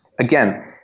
Again